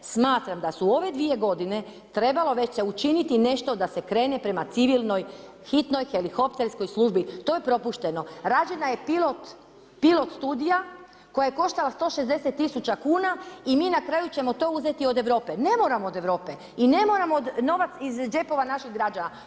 Smatram da su u ove dvije godine trebalo već se učiniti nešto da se krene prema civilnoj hitnoj helikopterskoj službi, to je propušteno, rađena je pilot, pilot studija koja je koštala 160 tisuća kuna i mi na kraju ćemo to uzeti od Europe, ne moramo od Europe i ne moramo novac iz džepova naših građana.